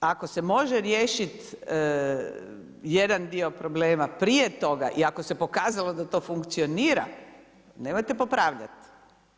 Ako se može riješiti jedan dio problema prije toga i ako se pokazalo da to funkcionira, nemojte popravljat.